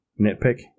nitpick